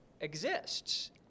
exists